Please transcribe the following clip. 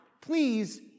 please